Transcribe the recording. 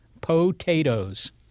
potatoes